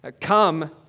Come